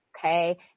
okay